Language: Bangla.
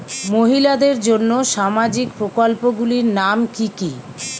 মহিলাদের জন্য সামাজিক প্রকল্প গুলির নাম কি কি?